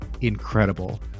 incredible